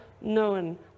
known